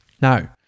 Now